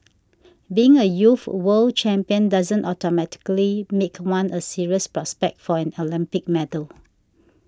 being a youth world champion doesn't automatically make one a serious prospect for an Olympic medal